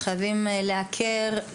חייבים לעקר,